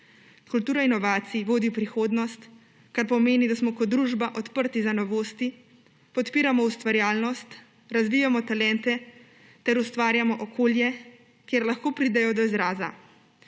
Kultura inovacij vodi v prihodnost, kar pomeni, da smo kot družba odprti za novosti, podpiramo ustvarjalnost, razvijamo talente ter ustvarjamo okolje, kjer lahko pridejo do izraza.